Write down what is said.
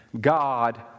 God